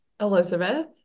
Elizabeth